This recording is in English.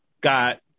got